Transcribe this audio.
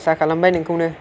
आसा खालामबाय नोंखौनो